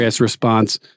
response